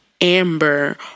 Amber